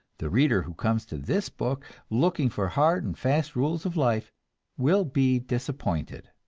the reader who comes to this book looking for hard and fast rules of life will be disappointed.